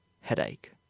headache